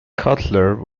cutler